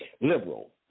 Liberal